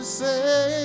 say